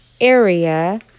area